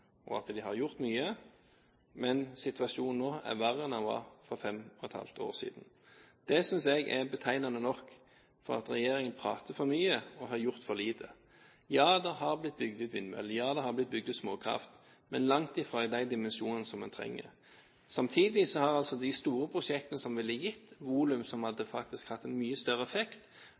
og at de har gjort mye, men situasjonen nå er verre enn den var for fem og et halvt år siden. Det synes jeg er betegnende nok – regjeringen prater for mye og har gjort for lite. Ja, det har blitt bygd ut vindmøller, ja, det har blitt bygd ut småkraft – men langt fra i de dimensjonene som en trenger. Samtidig har de store prosjektene som ville gitt volum, og som faktisk hadde hatt en mye større effekt,